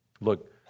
Look